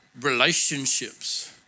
relationships